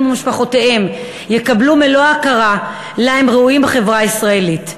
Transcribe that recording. ומשפחותיהם יקבלו את מלוא ההכרה שלה הם ראויים בחברה הישראלית.